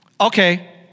okay